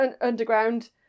underground